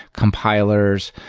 compilers,